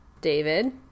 David